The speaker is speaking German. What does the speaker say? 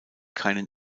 keinen